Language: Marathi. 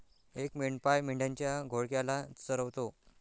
एक मेंढपाळ मेंढ्यांच्या घोळक्याला चरवतो